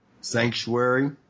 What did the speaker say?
Sanctuary